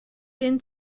been